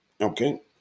Okay